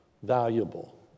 Valuable